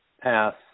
pass